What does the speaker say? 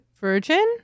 Virgin